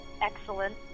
excellent